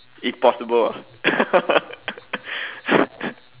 if possible ah